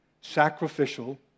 sacrificial